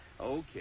Okay